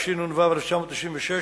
התשנ"ו 1996,